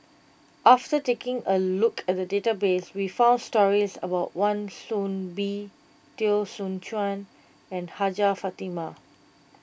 after taking a look at the database we found stories about Wan Soon Bee Teo Soon Chuan and Hajjah Fatimah